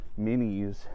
minis